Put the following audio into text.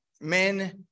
men